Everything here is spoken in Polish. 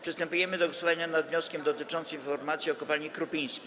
Przystępujemy do głosowania nad wnioskiem dotyczącym informacji o kopalni „Krupiński”